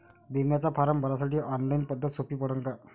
बिम्याचा फारम भरासाठी ऑनलाईन पद्धत सोपी पडन का?